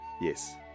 Yes